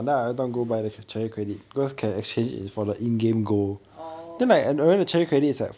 mm oh